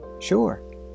Sure